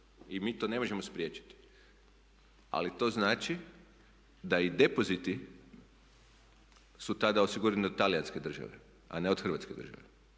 i mi to ne možemo spriječiti. Ali to znači da i depoziti su tada osigurani od talijanske države, a ne od Hrvatske države.